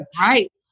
Right